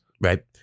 right